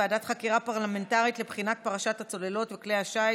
ועדת חקירה פרלמנטרית לבחינת פרשת הצוללות וכלי השיט,